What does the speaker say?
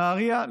נהריה,